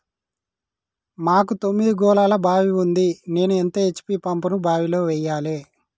మాకు తొమ్మిది గోళాల బావి ఉంది నేను ఎంత హెచ్.పి పంపును బావిలో వెయ్యాలే?